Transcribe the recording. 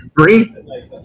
Three